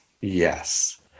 yes